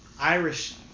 Irish